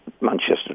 Manchester